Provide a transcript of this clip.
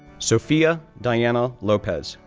sofia diana lopez,